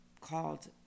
called